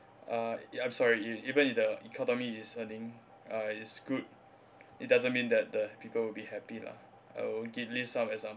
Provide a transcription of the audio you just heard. uh ya I'm sorry e~ even if the economy is earning uh is good it doesn't mean that the people would be happy lah I will give list some examples